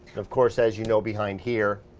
of course, as you know, behind here